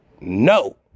no